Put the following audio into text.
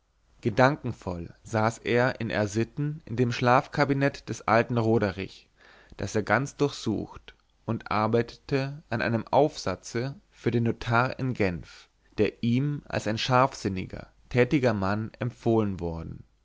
gedankenvoll saß er in r sitten in dem schlafkabinett des alten roderich das er ganz durchsucht und arbeitete an einem aufsatze für den notar in genf der ihm als ein scharfsinniger tätiger mann empfohlen worden